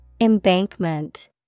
Embankment